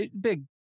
big